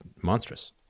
monstrous